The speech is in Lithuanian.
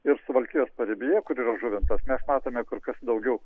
ir suvalkijos paribyje kur yra žuvintas mes matome kur kas daugiau